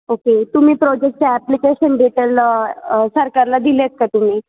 okay तुम्ही प्रोजेक्टच्या application detail सरकारला दिले आहेत का तुम्ही